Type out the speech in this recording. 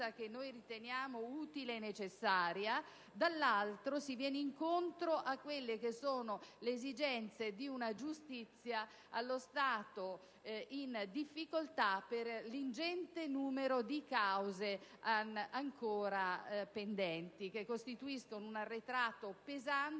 che noi riteniamo utile e necessaria e, dall'altro, si viene incontro alle esigenze di una giustizia, allo stato, in difficoltà per l'ingente numero di cause ancora pendenti, che costituiscono un arretrato pesante